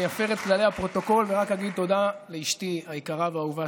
אני אפר את כללי הפרוטוקול ורק אגיד תודה לאשתי היקרה והאהובה,